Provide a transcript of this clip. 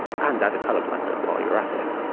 and add a colour-blind mode while you're at it.